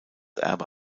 erbe